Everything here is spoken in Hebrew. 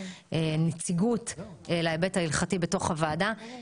נציגות להיבט ההלכתי בתוך הוועדה.